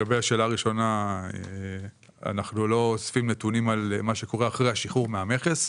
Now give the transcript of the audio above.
אנחנו לא אוספים נתונים על מה שקורה אחרי השחרור מהמכס.